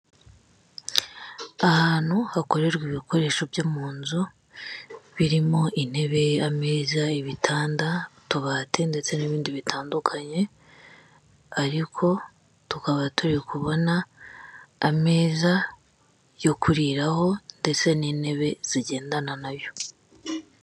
Ahantu hakorerwa ibikoresho byo mu nzu, birimo intebe, ameza, ibitanda, utubati ndetse n'ibindi bitandukanye, ariko tukaba turi kubona ameza yo kuriraho ndetse n'intebe zigendana nayo.